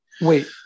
Wait